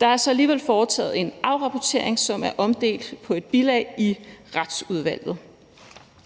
Der er så alligevel foretaget en afrapportering, som er omdelt på et bilag i Retsudvalget.